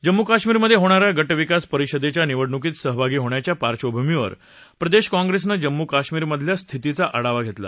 जम्मू काश्मीर मध्ये होणाऱ्या गट विकास परिषदेच्या निवडणुकीत सहभागी होण्याच्या पार्श्वभूमीवर प्रदेश काँप्रेसनं जम्मू काश्मीरमधल्या स्थितीचा आढावा घेतला